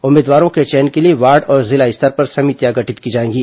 उम्मीदवारों के चयन के लिए वार्ड और जिला स्तर पर समितियां गठित की जाएंगी